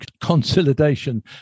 consolidation